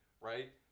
right